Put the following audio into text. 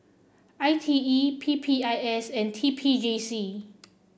I T E P P I S and T P J C